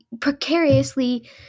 precariously